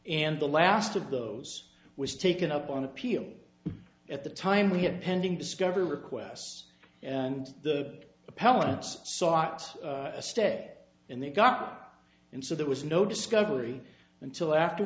and the last of those was taken up on appeal at the time we had pending discovery requests and the appellant's sought a stay and they got in so there was no discovery until after